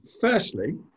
Firstly